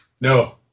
No